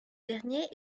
dernier